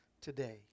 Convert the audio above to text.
today